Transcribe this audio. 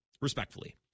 respectfully